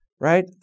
right